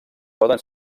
poden